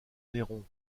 néron